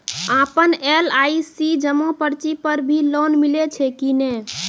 आपन एल.आई.सी जमा पर्ची पर भी लोन मिलै छै कि नै?